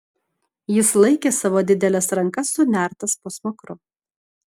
jis laikė savo dideles rankas sunertas po smakru